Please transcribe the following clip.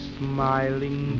smiling